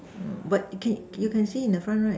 but can you can see in the front right